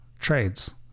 trades